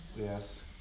Yes